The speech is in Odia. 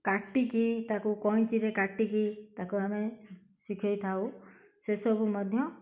କାଟିକି ତାକୁ କଇଁଚିରେ କାଟିକି ତାକୁ ଆମେ ଶିଖେଇଥାଉ ସେସବୁ ମଧ୍ୟ